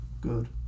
good